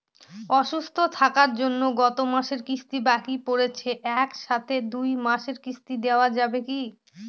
অসুস্থ থাকার জন্য গত মাসের কিস্তি বাকি পরেছে এক সাথে দুই মাসের কিস্তি দেওয়া যাবে কি?